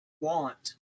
want